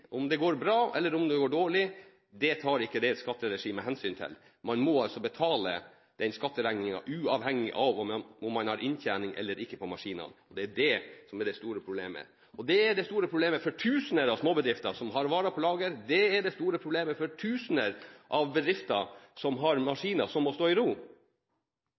Om det går bra, eller om det går dårlig – det tar ikke skatteregimet hensyn til. Man må altså betale den skatteregningen, uavhengig av om man har inntjening eller ikke på maskinene. Det er det som er det store problemet. Og det er det store problemet for tusener av småbedrifter som har varer på lager, det er det store problemet for tusener av bedrifter som har maskiner som må stå i ro.